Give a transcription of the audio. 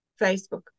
Facebook